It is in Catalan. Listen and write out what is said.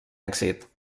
èxit